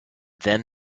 them